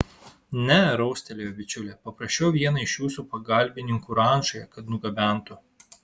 ne raustelėjo bičiulė paprašiau vieną iš jūsų pagalbininkų rančoje kad nugabentų